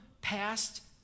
past